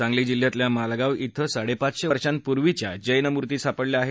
सांगली जिल्ह्यातल्या मालगाव धिसाडेपाचशे वर्षापूर्वीच्या जैनमूर्ती सापडल्या आहेत